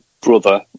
brother